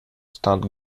start